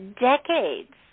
decades